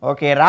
Okay